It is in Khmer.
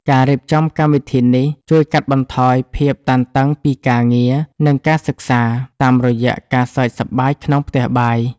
ការរៀបចំកម្មវិធីនេះជួយកាត់បន្ថយភាពតានតឹងពីការងារ និងការសិក្សា តាមរយៈការសើចសប្បាយក្នុងផ្ទះបាយ។